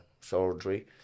surgery